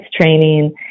training